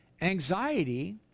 anxiety